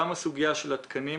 גם הסוגיה של התקנים.